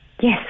Yes